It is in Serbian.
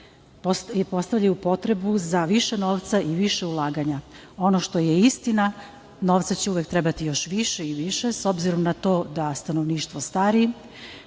postavljaju potrebu za više novca i više ulaganja. Ono što je istina, novca će uvek trebati još više i više, s obzirom na to da stanovništvo stari,